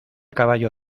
caballo